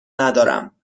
ندارم